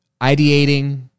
ideating